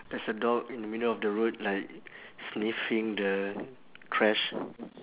there's a dog in the middle of the road like sniffing the trash